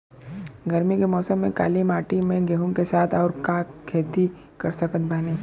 गरमी के मौसम में काली माटी में गेहूँ के साथ और का के खेती कर सकत बानी?